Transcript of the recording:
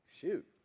Shoot